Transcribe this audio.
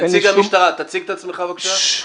נציג המשטרה, תציג את עצמך בבקשה.